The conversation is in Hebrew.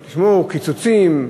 שמעו, קיצוצים,